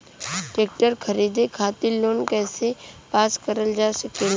Tractor खरीदे खातीर loan कइसे पास करल जा सकेला?